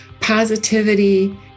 positivity